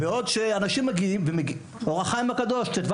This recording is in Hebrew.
הרי מגיעים לשם אנשים.